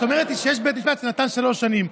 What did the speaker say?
את אומרת לי שיש בית משפט שנתן שלוש שנים.